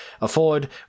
afford